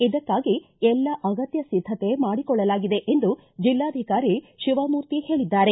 ಇದಕ್ಕಾಗಿ ಎಲ್ಲ ಅಗತ್ಯ ಸಿದ್ದತೆ ಮಾಡಿಕೊಳ್ಳಲಾಗಿದೆ ಎಂದು ಜಿಲ್ಲಾಧಿಕಾರಿ ಶಿವಮೂರ್ತಿ ಹೇಳಿದ್ದಾರೆ